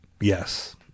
yes